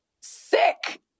sick